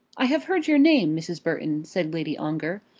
i have heard your name, mrs. burton, said lady ongar,